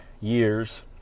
years